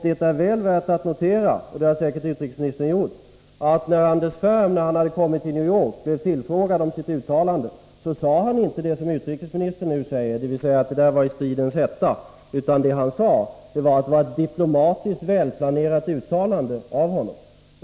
Det är väl värt att notera — och det har säkert utrikesministern gjort — att när Anders Ferm hade kommit till New York och blev tillfrågad om sitt uttalande, då sade han inte, som utrikesministern nu säger, att uttalandet gjordes i stridens hetta, utan att det var ett diplomatiskt välplanerat uttalande av honom.